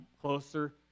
closer